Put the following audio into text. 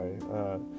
sorry